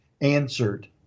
answered